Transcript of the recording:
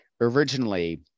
Originally